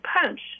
punch